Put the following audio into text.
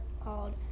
called